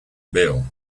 bill